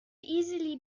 easily